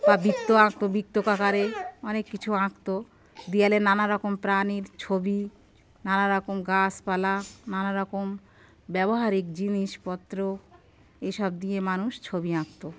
বা বৃত্ত আঁকত বৃত্ত আকারে অনেক কিছু আঁকত দেওয়ালে নানারকম প্রাণীর ছবি নানারকম গাছপালা নানারকম ব্যবহারিক জিনিসপত্র এসব দিয়ে মানুষ ছবি আঁকত